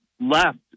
left